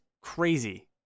crazy